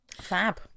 fab